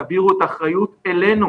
תעבירו את האחריות אלינו.